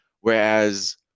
whereas